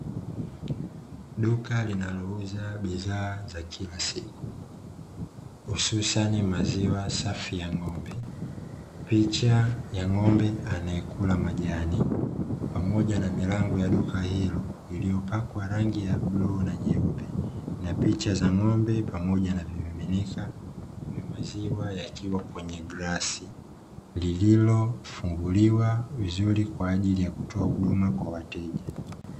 Duka linalouza bidhaa za kila siku hususani maziwa safi ya ng’ombe, picha ya ng’ombe anayekula majani pamoja na milango ya duka hilo iliyopakwa rangi ya bluu na nyeupe. Na picha za ng’ombr pamoja na miminika ya maziwa yakiwa kwenye glasi, lililofunguliwa vizuri kwa ajili ya kutoa huduma kwa wateja.